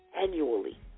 annually